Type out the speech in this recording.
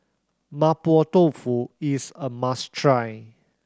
Mapo Tofu is a must try